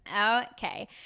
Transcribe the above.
okay